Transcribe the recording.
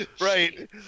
Right